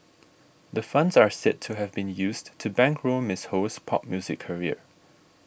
the funds are said to have been used to bankroll Miss Ho's pop music career